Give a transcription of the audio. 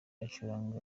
acuranga